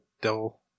dull